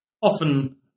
Often